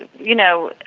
you know,